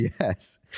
Yes